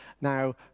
Now